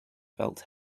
felt